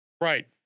Right